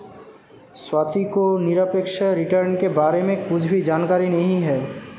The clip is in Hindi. स्वाति को निरपेक्ष रिटर्न के बारे में कुछ भी जानकारी नहीं है